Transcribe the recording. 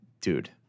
dude